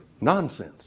Nonsense